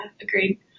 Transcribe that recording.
Agreed